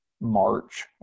March